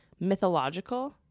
mythological